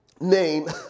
name